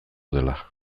dela